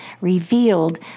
revealed